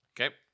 Okay